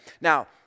Now